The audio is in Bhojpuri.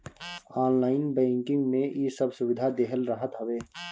ऑनलाइन बैंकिंग में इ सब सुविधा देहल रहत हवे